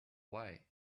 why